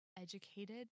educated